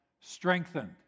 strengthened